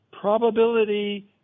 probability